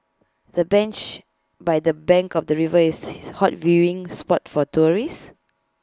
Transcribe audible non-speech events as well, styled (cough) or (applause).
the bench by the bank of the river is (noise) A hot viewing spot for tourists